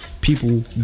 people